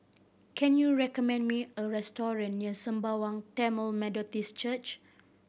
can you recommend me a restaurant near Sembawang Tamil Methodist Church